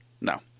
No